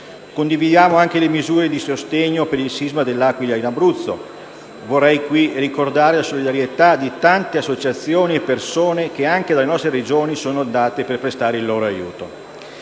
Condividiamo anche le misure di sostegno per il sisma dell'Aquila e dell'Abruzzo; vorrei qui ricordare la solidarietà di tante associazioni e persone che anche dalle nostre Regioni sono andate a prestare il loro aiuto.